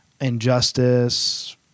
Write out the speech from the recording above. injustice –